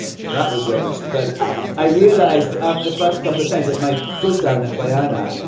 that was rubbish. but i realized after the first couple of times that my co-star and bojana,